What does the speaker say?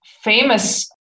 famous